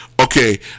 okay